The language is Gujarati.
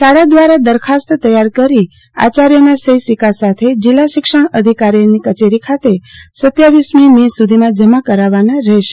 શાળા દ્વારા દરખાસ્ત તૈયાર કરી આચાર્યના સહી સિક્કા સાથે જીલ્લા શિક્ષણ અધિકારીની કચેરી ખાતે રહ મી મે સુધીમાં જમા કરાવવાની રહેશે